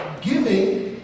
Giving